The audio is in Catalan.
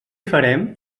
farem